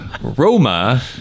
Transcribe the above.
Roma